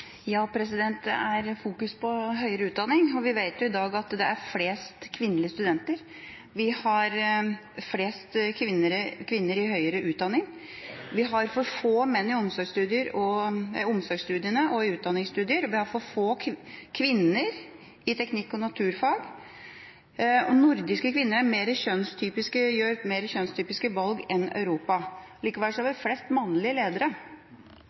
Det er fokusering på høyere utdanning. Vi vet i dag at det er flest kvinnelige studenter. Vi har flest kvinner i høyere utdanning. Vi har for få menn i omsorgsstudiene og i utdanningsstudier. Vi har for få kvinner i teknikk og naturfag. Nordiske kvinner er mer kjønnstypiske, de tar mer kjønnstypiske valg enn andre i Europa. Likevel har vi flest mannlige ledere.